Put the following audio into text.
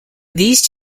these